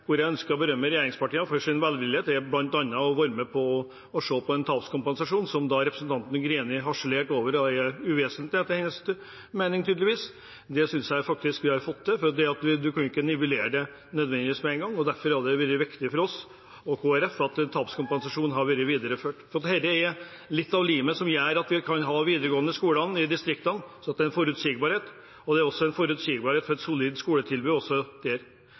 hvor jeg ønsker å berømme regjeringspartiene for deres velvillighet, er å være med på å se på en tapskompensasjon, som representanten Greni harselerte over, og som etter hennes mening tydeligvis er uvesentlig. Det synes jeg faktisk vi har fått til, for man kan ikke nødvendigvis nivellere det med en gang. Derfor var det viktig for oss og Kristelig Folkeparti at tapskompensasjonen ble videreført. Dette er limet som gjør at vi kan ha de videregående skolene i distriktene – det gir forutsigbarhet. Det gir også forutsigbarhet for et solid skoletilbud.